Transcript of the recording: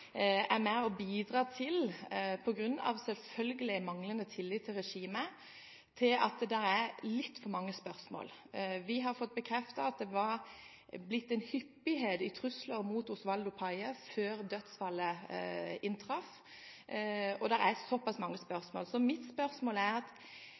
manglende tillit til regimet, med på å bidra til at det er litt for mange spørsmål. Vi har fått bekreftet en hyppighet i trusler mot Oswaldo Payá før dødsfallet inntraff, og det er såpass mange